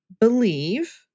believe